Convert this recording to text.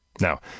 Now